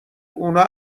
اونا